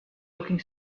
looking